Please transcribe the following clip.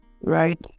right